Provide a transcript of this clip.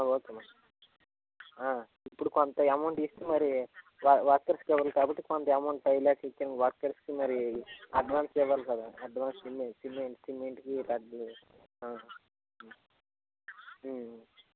okay madam ఇప్పుడు కొంత amount ఇస్తే మరి వ వర్కర్స్కి ఇవ్వాలి కాబట్టి కొంత అమౌంట్ ఫైవ్ ల్యాక్స్ ఇచ్చేయండి వర్కర్స్కి మరి అడ్వాన్స్ ఇవ్వాలి కదా అడ్వాన్స్ కింద సి సిమెంట్కి వాటికి